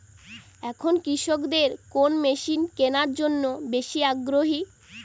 এখন কৃষকদের কোন মেশিন কেনার জন্য বেশি আগ্রহী?